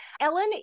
Ellen